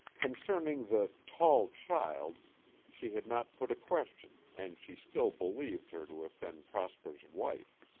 concerning the tall child she had not put a question and she still believed her to have been prosper's wife.